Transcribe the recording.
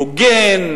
הוגן,